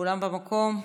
כולם במקום?